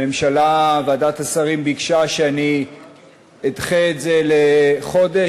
הממשלה, ועדת השרים, ביקשה שאדחה את זה בחודש.